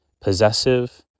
possessive